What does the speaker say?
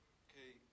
okay